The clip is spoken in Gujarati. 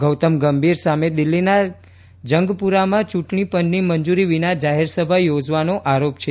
ગૌતમ ગંભીર સામે દિલ્હીના જંગપુરામાં ચૂંટણીપંચની મંજૂરી વિના જાહેર સભા યોજવાનો આરોપ છે